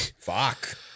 fuck